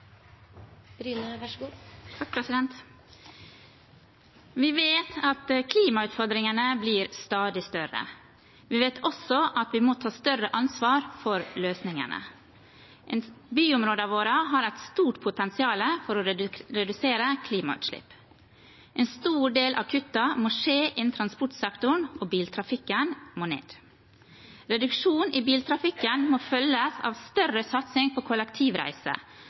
for reguleringsplanen. Så jeg ber om at man legger seg dette på minne: Arealdisponering er veldig, veldig viktig. Vi vet at klimautfordringene blir stadig større. Vi vet også at vi må ta større ansvar for løsningene. Byområdene våre har et stort potensial for å redusere klimautslipp. En stor del av kuttene må skje innenfor transportsektoren, og biltrafikken må ned. Reduksjon i biltrafikken må følges av større satsing på